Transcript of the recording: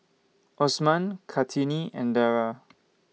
Osman Kartini and Dara